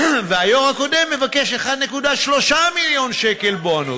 והיו"ר הקודם מבקש 1.3 מיליון שקל בונוס.